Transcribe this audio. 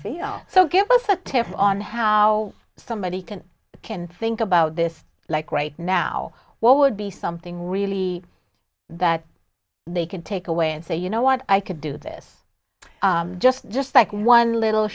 feel so give us a tip on how somebody can think about this like right now what would be something really that they could take away and say you know what i could do this just just like one little